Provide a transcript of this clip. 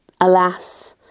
Alas